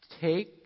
take